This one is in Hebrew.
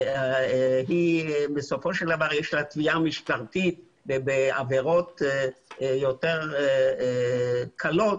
בסופו של דבר יש לה תביעה משטרתית בעבירות יותר קלות,